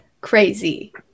crazy